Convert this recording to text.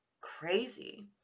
crazy